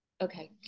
Okay